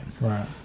right